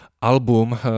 album